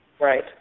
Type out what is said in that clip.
Right